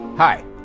Hi